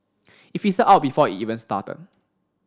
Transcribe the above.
it fizzled out before it even started